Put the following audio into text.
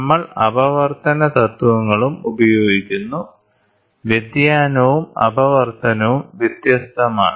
നമ്മൾ അപവർത്തന തത്വങ്ങളും ഉപയോഗിക്കുന്നു വ്യതിയാനവും അപവർത്തനവും വ്യത്യസ്തമാണ്